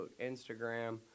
Instagram